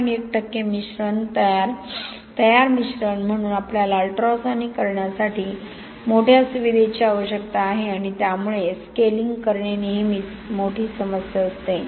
1 टक्के तयार मिश्रण म्हणून आपल्याला अल्ट्रासोनिक करण्यासाठी मोठ्या सुविधेची आवश्यकता आहे आणि त्यामुळे स्केलिंग करणे नेहमीच मोठी समस्या असते